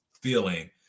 feeling